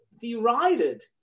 derided